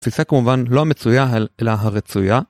תפיסה כמובן לא מצויה אלא הרצויה